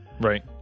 right